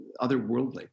otherworldly